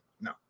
No